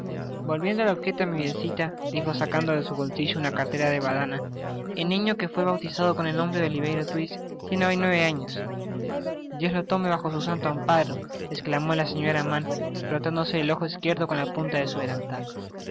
volviendo al objeto de mi visita dijo sacando de su bolsillo una cartera de badana el niño que fué bautizado con el nombre de oliverio twist tiene hoy nueve años dios lo tome bajo su santo amparo esclamó la señora mann frotándose el ojo izquierdo con la punta de su delantal sin